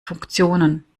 funktionen